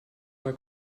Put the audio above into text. mal